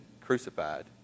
crucified